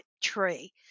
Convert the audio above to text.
tree